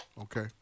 Okay